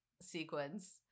sequence